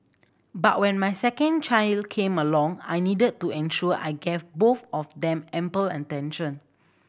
but when my second child came along I needed to ensure I gave both of them ample attention